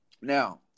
Now